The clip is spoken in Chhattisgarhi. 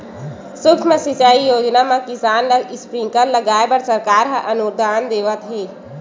सुक्ष्म सिंचई योजना म किसान ल स्प्रिंकल लगाए बर सरकार ह अनुदान देवत हे